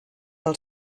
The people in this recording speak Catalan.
pel